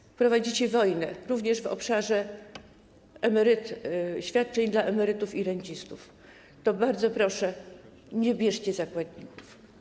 Jeżeli prowadzicie wojnę również w obszarze świadczeń dla emerytów i rencistów, to bardzo proszę: nie bierzcie zakładników.